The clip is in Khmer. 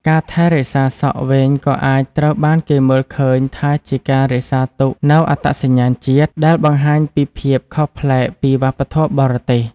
ការថែរក្សាសក់វែងក៏អាចត្រូវបានគេមើលឃើញថាជា ការរក្សាទុកនូវអត្តសញ្ញាណជាតិ ដែលបង្ហាញពីភាពខុសប្លែកពីវប្បធម៌បរទេស។